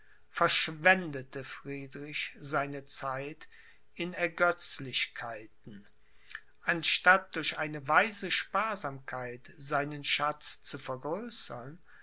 verschwendete friedrich seine zeit in ergötzlichkeiten anstatt durch eine weise sparsamkeit seinen schatz zu